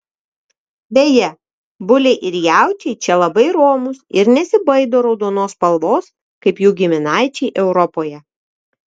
beje buliai ir jaučiai čia labai romūs ir nesibaido raudonos spalvos kaip jų giminaičiai europoje